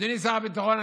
אדוני שר הביטחון,